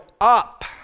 up